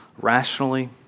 rationally